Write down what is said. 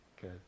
Good